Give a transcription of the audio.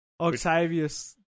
Octavius